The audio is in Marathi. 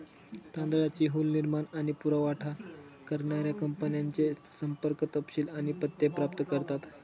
तांदळाची हुल निर्माण आणि पुरावठा करणाऱ्या कंपन्यांचे संपर्क तपशील आणि पत्ते प्राप्त करतात